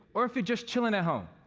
or if you're just chilling at home,